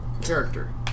character